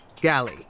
Galley